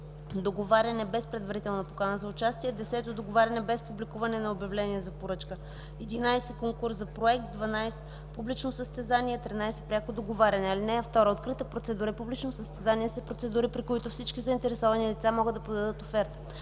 договаряне без предварителна покана за участие; 10. договаряне без публикуване на обявление за поръчка; 11. конкурс за проект; 12. публично състезание; 13. пряко договаряне. (2) Открита процедура и публично състезание са процедури, при които всички заинтересовани лица могат да подадат оферта.